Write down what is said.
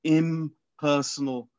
impersonal